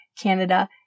Canada